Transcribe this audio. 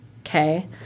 okay